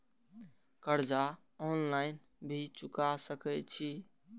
कर्जा ऑनलाइन भी चुका सके छी?